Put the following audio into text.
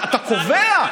אתה קובע.